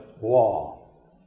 wall